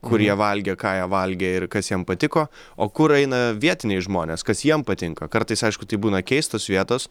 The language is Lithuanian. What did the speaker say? kur jie valgė ką jie valgė ir kas jam patiko o kur eina vietiniai žmonės kas jiems patinka kartais aišku tai būna keistos vietos